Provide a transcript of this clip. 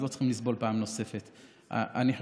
אז הם לא צריכים לסבול פעם נוספת.